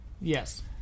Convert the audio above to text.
Yes